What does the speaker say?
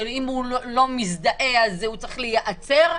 אם הוא לא מזדהה הוא צריך להיעצר,